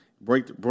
break